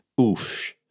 Oof